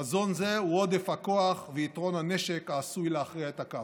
חזון זה הוא עודף הכוח ויתרון הנשק העשוי להכריע את הכף.